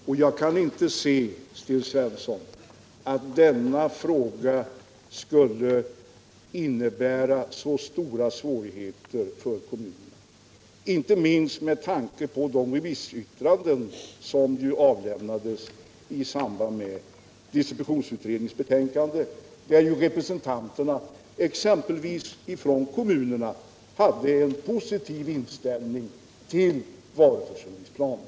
Men jag kan inte se, Sten Svensson, att den här saken skulle innebära så stora svårigheter för kommunerna, inte minst med tanke på de remissyttranden som avlämnades i samband med distributionsutredningens betänkande. Då visade det sig ju att exempelvis kommunernas representanter hade en positiv inställning till varuförsörjningsplanerna.